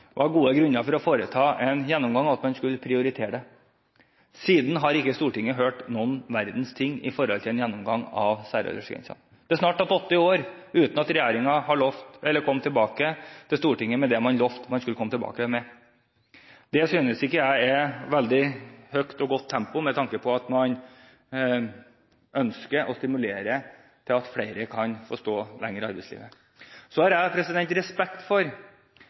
man hadde gode grunner for å foreta en gjennomgang, og at man skulle prioritere det. Siden har ikke Stortinget hørt noen verdens ting når det gjelder en gjennomgang av særaldersgrensen. Det har snart gått åtte år uten at regjeringen har kommet tilbake til Stortinget med det man lovte man skulle komme tilbake med. Det synes ikke jeg er et veldig høyt og godt tempo med tanke på at man ønsker å stimulere til at flere kan få stå lenger i arbeidslivet. Jeg har respekt for